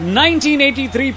1983